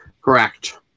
Correct